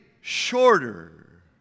shorter